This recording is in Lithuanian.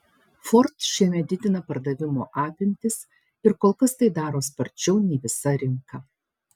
ford šiemet didina pardavimo apimtis ir kol kas tai daro sparčiau nei visa rinka